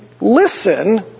listen